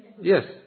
Yes